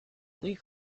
leak